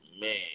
Man